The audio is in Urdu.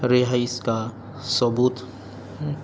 رہائش کا ثبوت